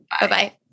Bye-bye